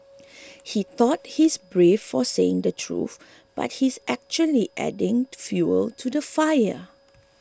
he thought he's brave for saying the truth but he's actually just adding fuel to the fire